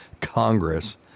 Congress